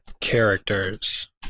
characters